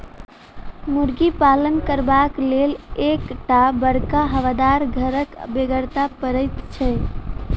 मुर्गी पालन करबाक लेल एक टा बड़का हवादार घरक बेगरता पड़ैत छै